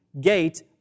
Gate